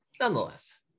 nonetheless